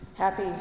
Happy